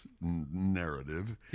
narrative